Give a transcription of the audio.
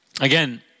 Again